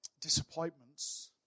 disappointments